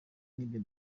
n’ibyo